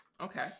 Okay